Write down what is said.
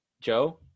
Joe